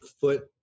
foot